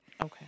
Okay